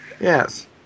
Yes